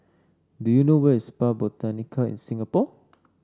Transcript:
do you know where is Spa Botanica in Singapore